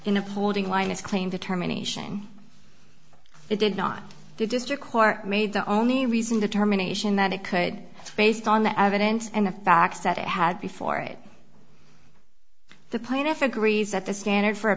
in upholding linus claim determination it did not the district court made the only reason determination that it could based on the evidence and the facts that it had before it the plaintiff agrees that the standard for a